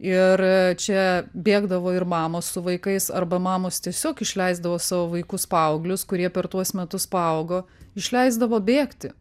ir čia bėgdavo ir mamos su vaikais arba mamos tiesiog išleisdavo savo vaikus paauglius kurie per tuos metus paaugo išleisdavo bėgti